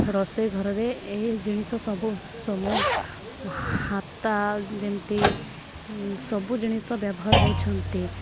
ରୋଷେଇ ଘରରେ ଏଇ ଜିନିଷ ସବୁ ଯେମିତି ସବୁ ଜିନିଷ ବ୍ୟବହାର ହେଉଛନ୍ତି